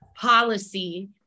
policy